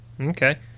Okay